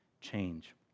change